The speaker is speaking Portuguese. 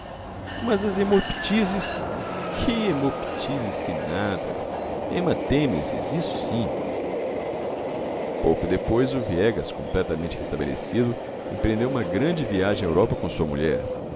mas as hemoptises que hemoptises que nada hematêmeses isso sim pouco depois o viegas completamente restabelecido empreendeu uma grande viagem à europa com sua mulher